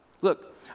Look